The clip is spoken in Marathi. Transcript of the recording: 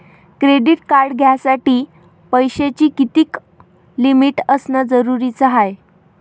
क्रेडिट कार्ड घ्यासाठी पैशाची कितीक लिमिट असनं जरुरीच हाय?